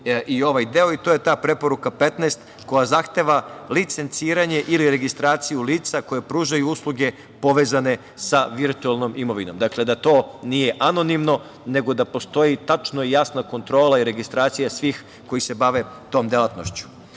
i ovaj deo i to je ta Preporuka 15, koja zahteva licenciranje ili registraciju lica koja pružaju usluge povezane sa virtuelnom imovinom, dakle da to nije anonimno, nego da postoji tačna i jasna kontrola i registracija svih koji se bave tom delatnošću. Zakon